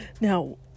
now